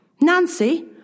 Nancy